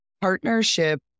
partnership